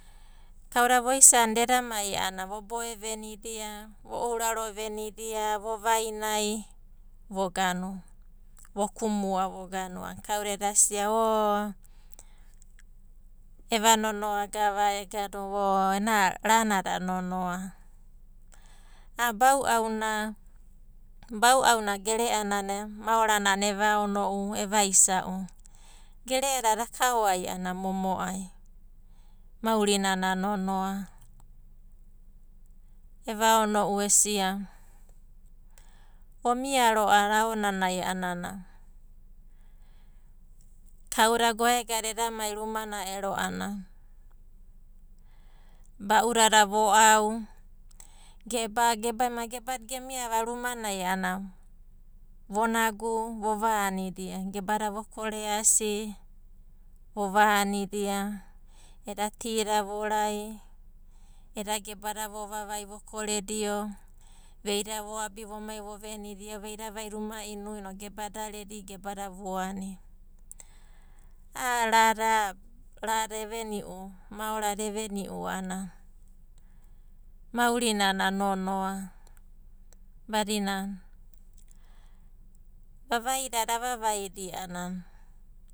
Kauda voisanida eda mai a'ana vo boe venidia, vo ouraro venidia, vo vainai vo kumua a'ana kauda eda sia o eva nonoagava ranada nonoa. Bau'auna, bau'auna gereanana maoranana e vaono'u, e vaisa'u. Gere'adada akaoai a'ana momo'ai maurinana nonoa. E vaono'u esia vomia ro'a aonanai a'ana, kauda goaegada eda mai rumana ero a'ana ba'udada vo'au, geba ema gebada gemiava rumanai a'ana vonagu vovanida, gebada vo koreasi vovanidia, edia tida vorai eda gebada vo vavai vokoredio veida voabi vomai vovenidia, veida vaida uma inu inoku gebada eda redi gebada vuani. A'a rada eveni'u maorada eveni'u maurinana nonoa badina vovaidada avavaidia a'ana.